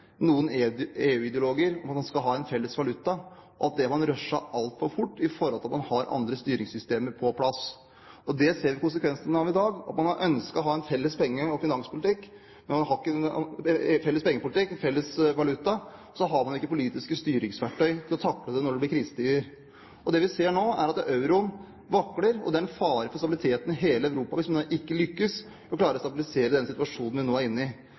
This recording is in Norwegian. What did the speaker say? andre styringssystemer på plass. Det ser vi konsekvensen av i dag. Man har ønsket å ha en felles pengepolitikk og en felles valuta, men så har man ikke politiske styringsverktøy til å takle det når det blir krisetider. Det vi ser nå, er at euroen vakler, og det er en fare for stabiliteten i hele Europa hvis man ikke lykkes med å stabilisere den situasjonen vi nå er inne i.